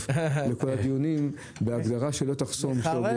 לכל הדיונים בהגדרה של לא תחסום שור בדישו.